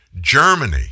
Germany